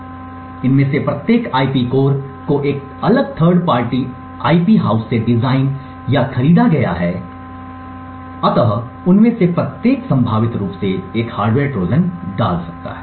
इसलिए इनमें से प्रत्येक आईपी कोर को एक अलग थर्ड पार्टी आईपी हाउस से डिज़ाइन या खरीदा गया है और उनमें से प्रत्येक संभावित रूप से एक हार्डवेयर ट्रोजन डाल सकता है